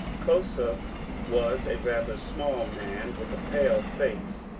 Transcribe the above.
kossuth was a rather small man with a pale face,